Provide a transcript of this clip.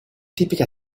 tipica